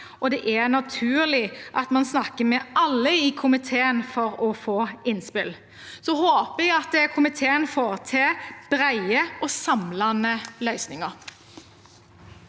og det er naturlig at man snakker med alle i komiteen for å få innspill. Jeg håper at komiteen får til brede og samlende løsninger.